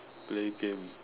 play game